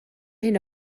hyn